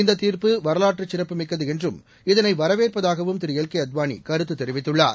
இந்த தீர்ப்பு வரலாற்று சிறப்புமிக்கது என்றும் இதனை வரவேற்பதாகவும் திரு எல் கே அத்வாளி கருத்து தெரிவித்துள்ளார்